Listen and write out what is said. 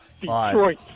Detroit